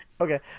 Okay